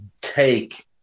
take